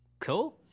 cool